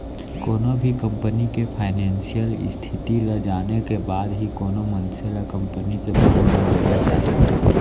कोनो भी कंपनी के फानेसियल इस्थिति ल जाने के बाद ही कोनो मनसे ल कंपनी के बांड ल लेना चाही